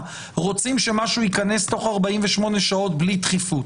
רוצים שמשהו ייכנס תוך 48 שעות בלי דחיפות,